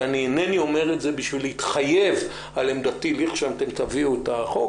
ואני אינני אומר את זה בשביל להתחייב על עמדתי כשתביאו את החוק,